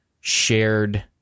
shared